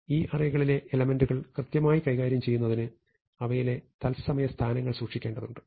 ഈ അറേകളിലെ എലെമെന്റുകൾ കൃത്യമായി കൈകാര്യം ചെയ്യുന്നതിന് അവയിലെ തത്സമയ സ്ഥാനങ്ങൾ സൂക്ഷിക്കേണ്ടതുണ്ട്